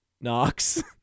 Knox